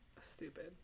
Stupid